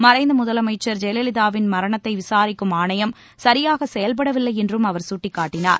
மறைந்த முதலமைச்சர் ஜெயலலிதாவின் மரணத்தை விசாரிக்கும் ஆணையம் சரியாக செயல்படவில்லை என்றும் அவர் சுட்டிக்காட்டினார்